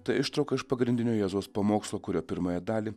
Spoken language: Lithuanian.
tai ištrauka iš pagrindinio jėzaus pamokslo kurio pirmąją dalį